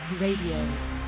Radio